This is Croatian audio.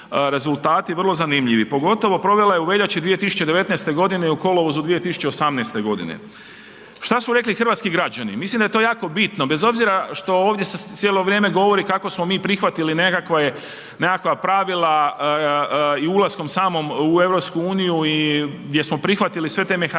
vrlo zanimljivi, pogotovo provela je u veljači 2019. g. i u kolovozu 2018. godine. Šta su rekli hrvatsku građani? Mislim da je to jako bitno bez obzira što ovdje se cijelo vrijeme govori kako smo mi prihvatili nekakva pravila i ulaskom samim u EU-u i gdje smo prihvatili sve te mehanizme,